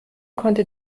konnte